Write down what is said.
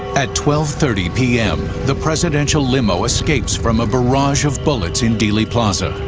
at twelve. thirty pm the presidential limo escapes from a barrage of bullets in dealey plaza.